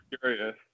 curious